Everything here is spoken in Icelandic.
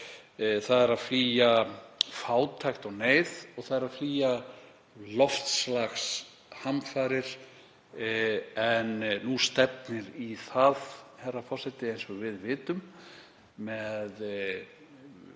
það er að flýja fátækt og neyð og það er að flýja loftslagshamfarir. En nú stefnir í það, herra forseti, eins og við vitum, með